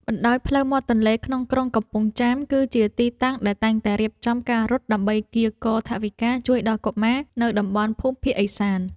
បណ្ដោយផ្លូវមាត់ទន្លេក្នុងក្រុងកំពង់ចាម គឺជាទីតាំងដែលតែងតែរៀបចំការរត់ដើម្បីកៀរគរថវិកាជួយដល់កុមារនៅតំបន់ភូមិភាគឦសាន។